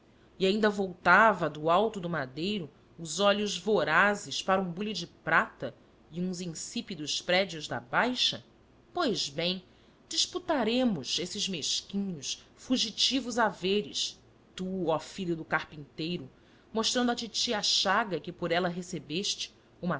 e ainda voltava do alto do madeiro os olhos vorazes para um bule de prata e uns insípidos prédios da baixa pois bem disputaremos